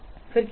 फिर क्या होगा